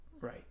Right